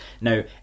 Now